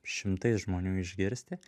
šimtais žmonių išgirsti